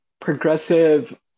progressive